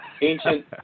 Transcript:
ancient